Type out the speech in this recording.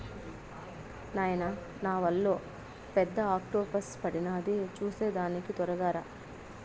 నాయనా నావలో పెద్ద ఆక్టోపస్ పడినాది చూసేదానికి తొరగా రా